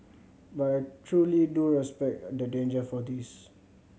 but I truly do respect the danger for this